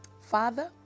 Father